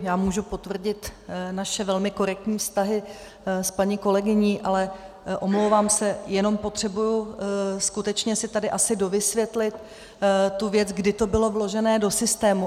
Já můžu potvrdit naše velmi korektní vztahy s paní kolegyní, ale omlouvám se, jenom potřebuji skutečně si tady asi dovysvětlit tu věc, kdy to bylo vložené do systému.